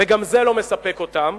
וגם זה לא מספק אותם.